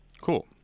Cool